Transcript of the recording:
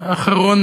האחרון